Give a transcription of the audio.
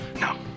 No